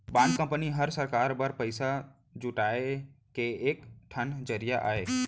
bond company हर सरकार बर पइसा जुटाए के एक ठन जरिया अय